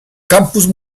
campus